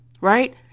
right